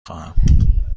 خواهم